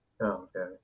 okay